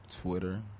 Twitter